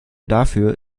dafür